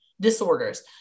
disorders